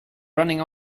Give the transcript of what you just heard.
running